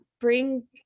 bring